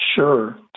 Sure